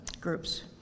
groups